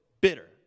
bitter